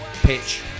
pitch